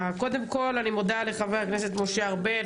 קודם כל אני מודה לחבר הכנסת משה ארבל,